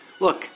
Look